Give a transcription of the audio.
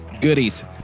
goodies